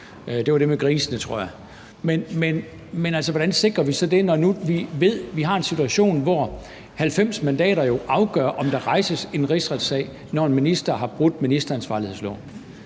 det var det med grisene, tror jeg. Men hvordan sikrer vi så det, når nu vi ved, at vi har en situation, hvor 90 mandater afgør, om der rejses en rigsretssag, når en minister har brudt ministeransvarlighedsloven?